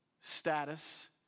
status